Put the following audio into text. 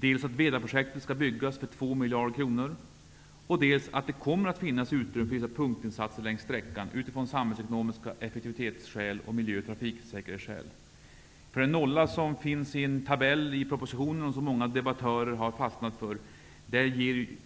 Dessutom skall Vedaprojektet byggas för 2 miljarder kronor, och det skall finnas utrymme för vissa punktinsatser längs sträckan med utgångspunkt i samhällsekonomiska effektivitetsskäl, miljö och trafikskäl. Den nolla i en tabell i propositionen, och som många debattörer har fastnat för,